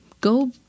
go